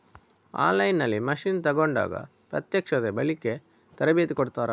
On line ನಲ್ಲಿ machine ತೆಕೋಂಡಾಗ ಪ್ರತ್ಯಕ್ಷತೆ, ಬಳಿಕೆ, ತರಬೇತಿ ಕೊಡ್ತಾರ?